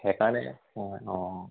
সেইকাৰণে অঁ অঁ